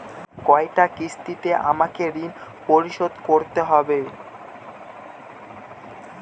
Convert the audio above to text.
কয়টা কিস্তিতে আমাকে ঋণ পরিশোধ করতে হবে?